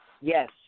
Yes